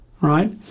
right